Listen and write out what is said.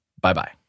Bye-bye